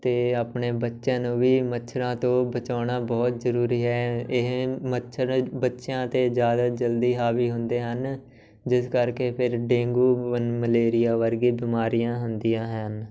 ਅਤੇ ਆਪਣੇ ਬੱਚਿਆਂ ਨੂੰ ਵੀ ਮੱਛਰਾਂ ਤੋਂ ਬਚਾਉਣਾ ਬਹੁਤ ਜ਼ਰੂਰੀ ਹੈ ਇਹ ਮੱਛਰ ਬੱਚਿਆਂ 'ਤੇ ਜ਼ਿਆਦਾ ਜਲਦੀ ਹਾਵੀ ਹੁੰਦੇ ਹਨ ਜਿਸ ਕਰਕੇ ਫਿਰ ਡੇਂਗੂ ਵਨ ਮਲੇਰੀਆ ਵਰਗੇ ਬਿਮਾਰੀਆਂ ਹੁੰਦੀਆਂ ਹਨ